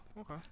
Okay